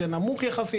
זה נמוך יחסית,